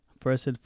First